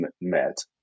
met